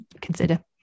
consider